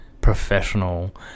professional